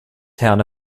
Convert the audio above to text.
herne